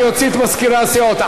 אני אוציא את מזכירי הסיעות,